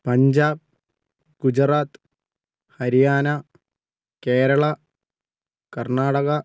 Punjab Gujarat Haryana Kerala Karnataka